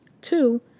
Two